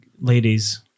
ladies